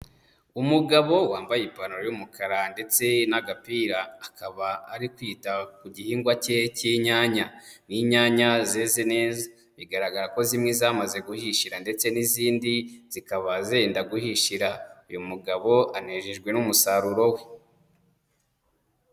Umugabo wambaye ipantaro y'umukara ndetse n'agapira, akaba ari kwita ku gihingwa cye cy'inyanya, n'inyanya zeze neza bigaragara ko zimwe zamaze guhishira ndetse n'izindi zikaba zenda guhishira, uyu mugabo anejejwe n'umusaruro we.